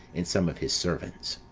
and some of his servants.